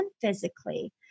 physically